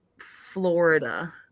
florida